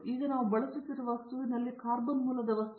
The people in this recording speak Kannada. ಈಗ ನಾವು ಈಗ ಬಳಸುತ್ತಿರುವ ವಸ್ತುವಿನಲ್ಲಿ ಕಾರ್ಬನ್ ಮೂಲದ ವಸ್ತುಗಳು